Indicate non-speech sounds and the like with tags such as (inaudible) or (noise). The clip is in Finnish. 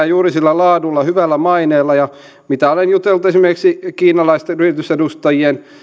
(unintelligible) juuri sillä laadulla hyvällä maineella ja mitä olen jutellut esimerkiksi kiinalaisten yritysedustajien